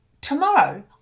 tomorrow